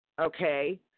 okay